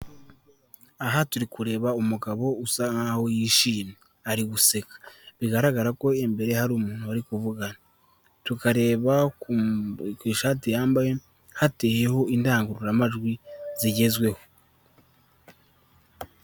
Aha turi kureba umugabo usa nk'aho yishimye ari guseka, bigaragara ko imbere hari umuntu bari kuvugana, tukareba ku ishati yambaye hateyeho indangururamajwi zigezweho.